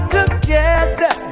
together